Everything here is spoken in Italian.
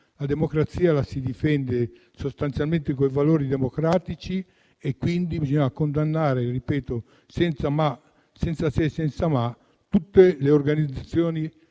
La democrazia la si difende sostanzialmente con i valori democratici e, quindi, bisogna condannare incondizionatamente tutte le organizzazioni